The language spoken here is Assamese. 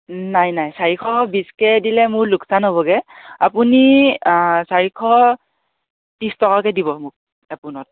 নাই নাই চাৰিশ বিশ কে দিলে মোৰ লোকচান হ'বগৈ আপুনি চাৰিশ ত্ৰিছ টকাকৈ দিব মোক এপোনত